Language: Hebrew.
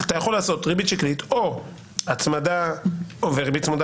אתה יכול לעשות ריבית שקלית; או הצמדה וריבית צמודה